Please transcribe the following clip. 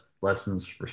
lessons